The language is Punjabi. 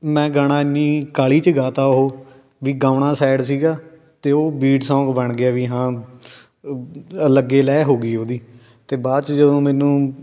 ਮੈਂ ਗਾਣਾ ਇੰਨੀ ਕਾਹਲੀ 'ਚ ਗਾ ਤਾ ਉਹ ਵੀ ਗਾਉਣਾ ਸੈਡ ਸੀਗਾ ਅਤੇ ਉਹ ਬੀਟ ਸੌਂਗ ਬਣ ਗਿਆ ਵੀ ਹਾਂ ਲੱਗੇ ਲੈਅ ਹੋ ਗਈ ਉਹਦੀ ਅਤੇ ਬਾਅਦ 'ਚ ਜਦੋਂ ਮੈਨੂੰ